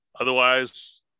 Otherwise